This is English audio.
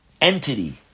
entity